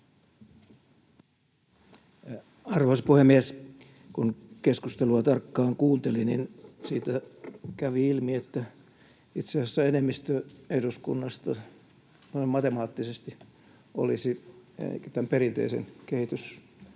Arvoisa puhemies! Kun keskustelua tarkkaan kuuntelin, niin siitä kävi ilmi, että itse asiassa enemmistö eduskunnasta, noin matemaattisesti, olisi tämän perinteisen kehitys-